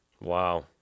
Wow